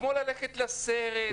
כמו ללכת לסרט,